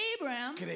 Abraham